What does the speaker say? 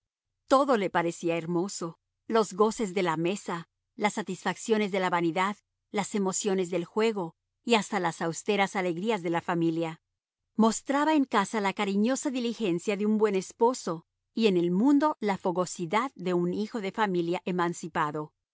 todo le parecía hermoso los goces de la mesa las satisfacciones de la vanidad las emociones del juego y hasta las austeras alegrías de la familia mostraba en casa la cariñosa diligencia de un buen esposo y en el mundo la fogosidad de un hijo de familia emancipado